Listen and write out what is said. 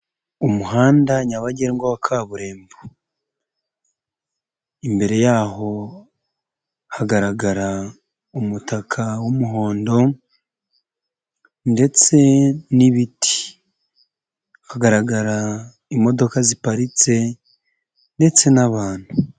Umuhanda nyabagendwa wa kaburimbo, imbere y'aho hagaragara umutaka w'umuhondo ndetse n'ibiti, hakagaragara imodoka ziparitse ndetse n'abantu.